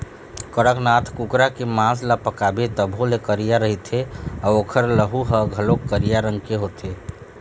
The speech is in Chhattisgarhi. कड़कनाथ कुकरा के मांस ल पकाबे तभो ले करिया रहिथे अउ ओखर लहू ह घलोक करिया रंग के होथे